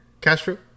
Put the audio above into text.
castro